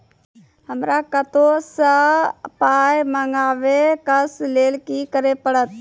हमरा कतौ सअ पाय मंगावै कऽ लेल की करे पड़त?